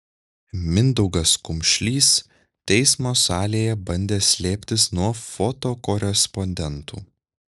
mindaugas kumšlys teismo salėje bandė slėptis nuo fotokorespondentų